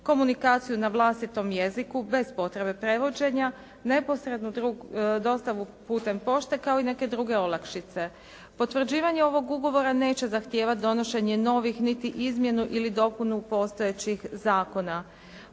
komunikaciju na vlastitom jeziku bez potrebe prevođenja, neposrednu dostavu putem pošte, kao i neke druge olakšice. Potvrđivanje ovog ugovora neće zahtijevati donošenje novih niti izmjenu ili dopunu postojećih zakona.